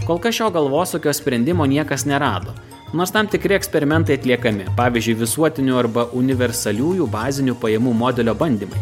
kol kas šio galvosūkio sprendimo niekas nerado nors tam tikri eksperimentai atliekami pavyzdžiui visuotinių arba universaliųjų bazinių pajamų modelio bandymai